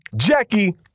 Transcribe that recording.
Jackie